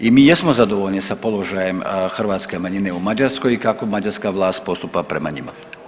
I mi jesmo zadovoljni sa položajem hrvatske manjine u Mađarskoj i kako mađarska vlast postupa prema njima.